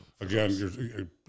again